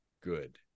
good